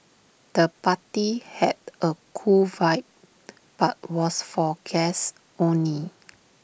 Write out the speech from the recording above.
the party had A cool vibe but was for guests only